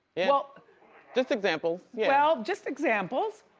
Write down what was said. yeah just example. yeah well just examples.